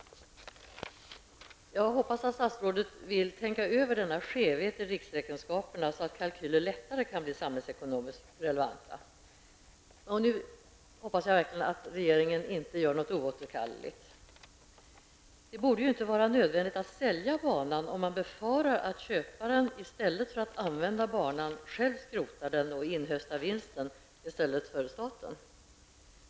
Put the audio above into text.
Jag hoppas att statsrådet vill tänka över denna skevhet i riksräkenskaperna, så att kalkyler lättare kan bli samhällsekonomiskt relevanta. Nu hoppas jag verkligen att regeringen inte gör någonting oåterkalleligt. Det borde inte vara nödvändigt att sälja banan, om man befarar att köparen i stället för att använda den själv skrotar banan och inhöstar vinsten i stället för att staten gör det.